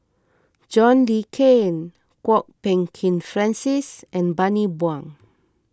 John Le Cain Kwok Peng Kin Francis and Bani Buang